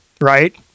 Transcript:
right